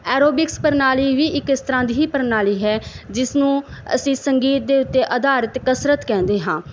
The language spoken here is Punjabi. ਐਰੋਵਿਕਸ ਪ੍ਰਣਾਲੀ ਵੀ ਇੱਕ ਇਸ ਤਰ੍ਹਾਂ ਦੀ ਪ੍ਰਣਾਲੀ ਹੈ ਜਿਸ ਨੂੰ ਅਸੀਂ ਸੰਗੀਤ ਦੇ ਉੱਤੇ ਆਧਾਰਿਤ ਕਸਰਤ ਕਹਿੰਦੇ ਹਾਂ